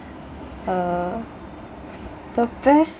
uh the best